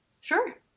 Sure